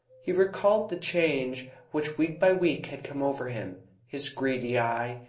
he recalled the change which, week by week, had come over him his greedy eye,